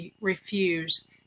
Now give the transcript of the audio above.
refuse